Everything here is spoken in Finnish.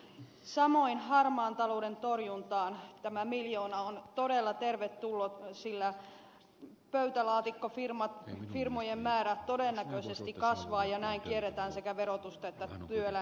samoin harmaan talouden torjuntaan tämä miljoona on todella tervetullut sillä pöytälaatikkofirmojen määrä todennäköisesti kasvaa ja näin kierretään sekä verotusta että työelämän lainsäädäntöä